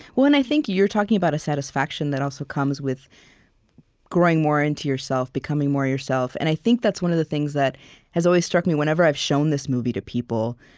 i think you're talking about a satisfaction that also comes with growing more into yourself, becoming more yourself. and i think that's one of the things that has always struck me, whenever i've shown this movie to people,